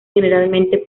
generalmente